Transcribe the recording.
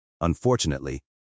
Unfortunately